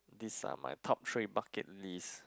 these are my top three bucket list